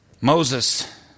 Moses